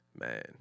Man